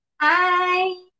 Hi